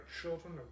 children